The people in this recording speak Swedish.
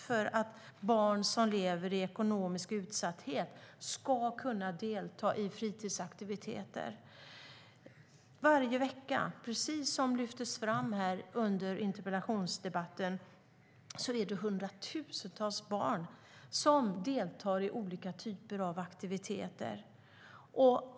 för att barn som lever i ekonomisk utsatthet ska kunna delta i fritidsaktiviteter. Varje vecka är det hundratusentals barn, precis som lyftes fram, som deltar i olika typer av aktiviteter.